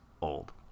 old